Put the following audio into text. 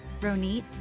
Ronit